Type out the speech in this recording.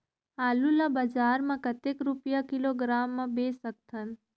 आलू ला बजार मां कतेक रुपिया किलोग्राम म बेच सकथन?